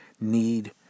need